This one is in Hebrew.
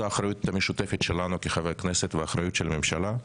זו אחריות משותפת שלנו כחברי כנסת ואחריות של הממשלה.